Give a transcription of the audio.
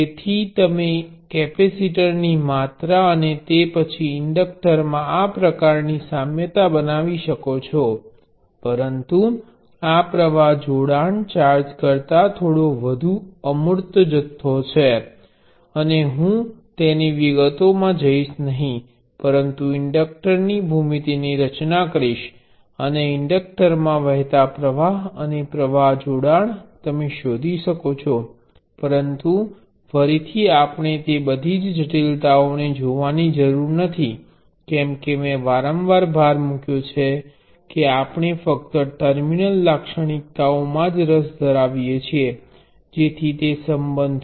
તેથી તમે કેપેસિટરની માત્રા અને તે પછી ઇન્ડેક્ટરમાં આ પ્રકારની સામ્યતા બનાવી શકો છો પરંતુ આ પ્રવાહ જોડાણ ચાર્જ કરતા થોડો વધુ અમૂર્ત જથ્થો છે અને હું તેની વિગતોમાં જઈશ નહીં પરંતુ ઇન્ડક્ટરની ભૂમિતિની રચના કરીશ અને ઇન્ડકક્ટરમાં વહેતા પ્ર્વાહ અને પ્રવાહ જોડાણ તમે શોધી શકો છો પરંતુ ફરીથી આપણે તે બધી જટિલતાઓને જોવાની જરૂર નથી કેમ કે મેં વારંવાર ભાર મૂક્યો છે કે આપણે ફક્ત ટર્મિનલ લાક્ષણિકતાઓમાં જ રસ ધરાવીએ છીએ જેથી તે સંબંધ છે